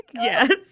yes